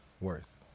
worth